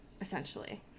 essentially